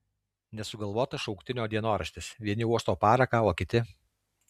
nesugalvotas šauktinio dienoraštis vieni uosto paraką o kiti